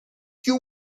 you